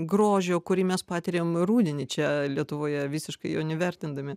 grožio kurį mes patiriam rudenį čia lietuvoje visiškai jo nevertindami